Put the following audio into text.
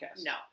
No